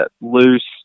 loose